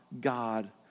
God